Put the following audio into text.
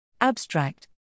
Abstract